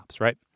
right